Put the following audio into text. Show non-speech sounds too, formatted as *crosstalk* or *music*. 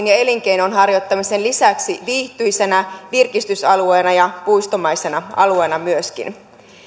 *unintelligible* ja elinkeinon harjoittamisen lisäksi viihtyisänä virkistysalueena ja puistomaisena alueena myöskin